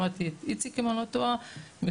שמעתי את איציק אם אני לא טועה מחוש"ן,